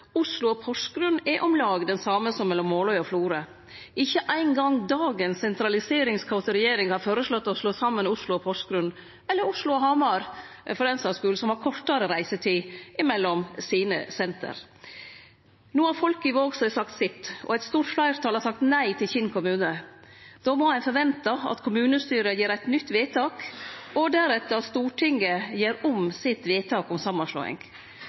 Oslo og Porsgrunn er om lag den same som mellom Måløy og Florø. Ikkje ein gong dagens sentraliseringskåte regjering har føreslått å slå saman Oslo og Porsgrunn, eller Oslo og Hamar for den saks skuld, som har kortare reisetid mellom sine senter. No har folk i Vågsøy sagt sitt. Eit stort fleirtal har sagt nei til Kinn kommune. Då må ein forvente at kommunestyret gjer eit nytt vedtak, og deretter at Stortinget gjer om sitt vedtak om samanslåing.